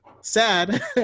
sad